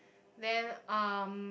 then um